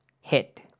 hit